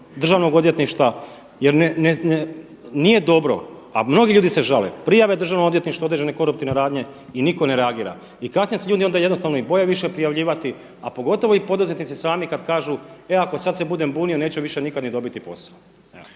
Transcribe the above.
Državnog odvjetništva. Jer nije dobro, a mnogi ljudi se žale prijave Državnom odvjetništvu određene koruptivne radnje i nitko ne reagira. I kasnije se ljudi onda jednostavno i boje više prijavljivati, a pogotovo i poduzetnici sami kad kažu e ako sad se budem bunio neću više nikad ni dobiti posao.